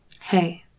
Hey